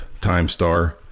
TimeStar